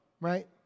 Right